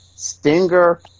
Stinger